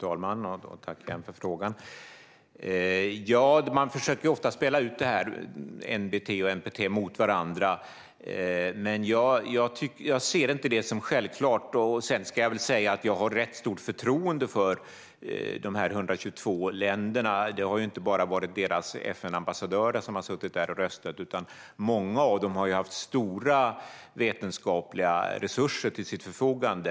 Fru talman! Man försöker ofta spela ut NBT och NPT mot varandra, men jag ser inte det som självklart. Jag ska också säga att jag har rätt stort förtroende för dessa 122 länder. Det har inte bara varit deras FN-ambassadörer som har suttit där och röstat, utan många av dem har haft stora vetenskapliga resurser till sitt förfogande.